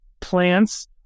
plants